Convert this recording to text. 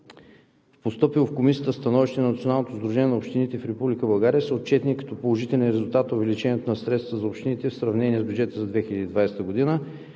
постъпилото в Комисията становище на Националното сдружение на общините в Република България са отчетени като положителен резултат увеличаването на средствата за общините в сравнение с бюджета за 2020 г.,